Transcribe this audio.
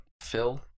Phil